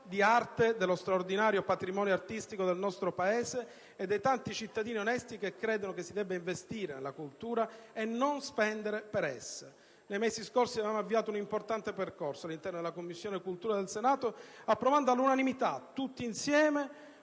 di arte, dello straordinario patrimonio artistico del nostro Paese e dei tanti cittadini onesti che credono che si debba investire nella cultura e non spendere per essa. Nei mesi scorsi avevamo avviato un importante percorso all'interno della 7a Commissione permanente del Senato, approvando all'unanimità, tutti insieme,